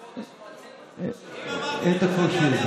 אם אמרתי לך שאני